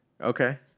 Okay